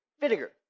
vinegar